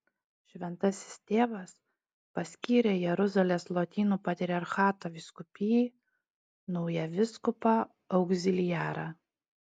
šventasis tėvas paskyrė jeruzalės lotynų patriarchato vyskupijai naują vyskupą augziliarą